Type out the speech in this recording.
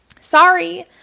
Sorry